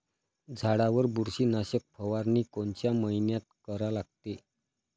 झाडावर बुरशीनाशक फवारनी कोनच्या मइन्यात करा लागते?